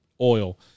oil